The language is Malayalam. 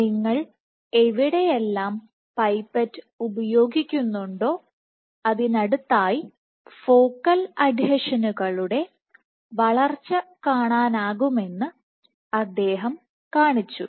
നിങ്ങൾ എവിടെയെല്ലാം പൈപ്പറ്റ് ഉപയോഗിക്കുന്നുണ്ടോ അതിനടുത്തായി ഫോക്കൽ അഡ്ഹീഷനുകളുടെവളർച്ച കാണാനാകുമെന്ന് അദ്ദേഹം കാണിച്ചു